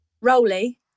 roly